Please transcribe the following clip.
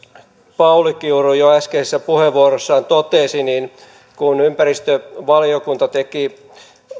pauli kiuru jo äskeisessä puheenvuorossaan totesi niin kun ympäristövaliokunta teki